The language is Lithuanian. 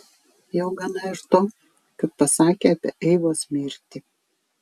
jau gana ir to kad pasakė apie eivos mirtį